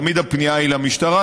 תמיד הפנייה היא למשטרה,